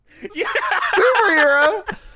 Superhero